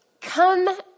come